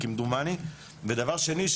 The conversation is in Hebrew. דבר שני,